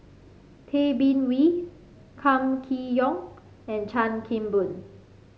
Tay Bin Wee Kam Kee Yong and Chan Kim Boon